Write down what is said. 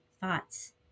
thoughts